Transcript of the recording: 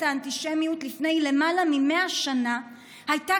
האנטישמיות לפני למעלה מ-100 שנה הייתה